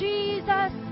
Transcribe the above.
Jesus